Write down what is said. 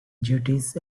duties